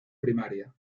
primaria